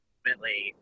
Ultimately